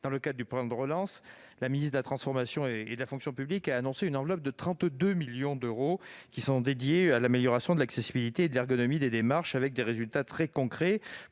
dans le cadre du plan de relance, Mme la ministre de la transformation et de la fonction publiques a annoncé qu'une enveloppe de 32 millions d'euros serait dédiée à l'amélioration de l'accessibilité et de l'ergonomie des démarches, avec des résultats très concrets.